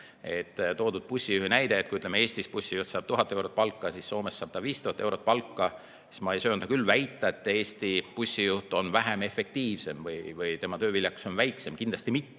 toodud bussijuhi näide: kui Eestis bussijuht saab 1000 eurot palka, siis Soomes saab ta 5000 eurot palka. Aga ma ei söanda küll väita, et Eesti bussijuht on vähem efektiivsem või tema tööviljakus on väiksem. Kindlasti mitte.